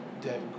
dead